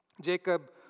Jacob